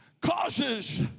causes